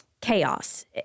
chaos